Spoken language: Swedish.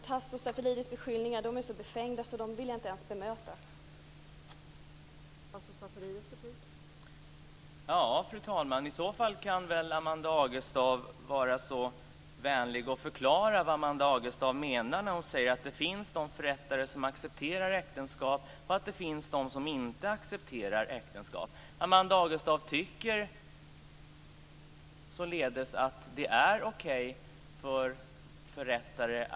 Tasso Stafilidis beskyllningar är så befängda att jag inte ens vill bemöta dem.